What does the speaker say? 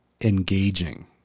engaging